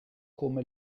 come